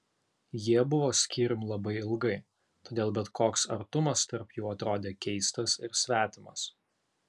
jie buvo skyrium labai ilgai todėl bet koks artumas tarp jų atrodė keistas ir svetimas